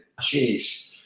jeez